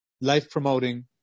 life-promoting